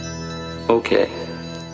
Okay